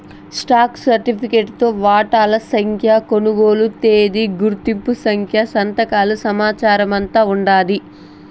stock సరిఫికెట్లో వాటాల సంఖ్య, కొనుగోలు తేదీ, గుర్తింపు సంఖ్య, సంతకాల సమాచారమంతా ఉండాది